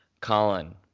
Colin